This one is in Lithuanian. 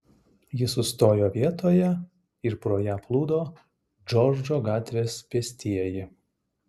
ji sustojo vietoje ir pro ją plūdo džordžo gatvės pėstieji